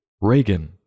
Reagan